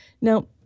Now